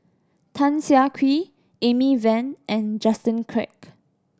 Tan Siah Kwee Amy Van and Justin Quek